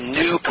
new